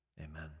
Amen